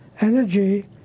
energy